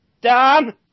Dan